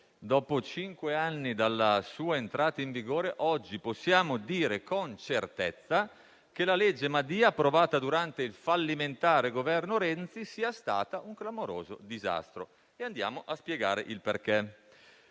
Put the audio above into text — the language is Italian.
a cinque anni dalla sua entrata in vigore, oggi possiamo dire con certezza che la legge Madia, approvata durante il fallimentare Governo Renzi, è stata un clamoroso disastro, e andiamo a spiegare il perché.